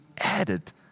added